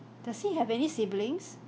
does he have any siblings